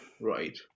Right